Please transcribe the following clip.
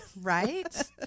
right